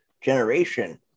generation